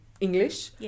English